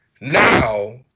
now